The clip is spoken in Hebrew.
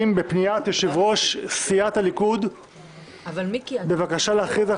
בפניית יושב-ראש סיעת הליכוד בבקשה להכריז על